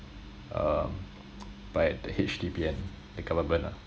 um by the H_D_B and the government lah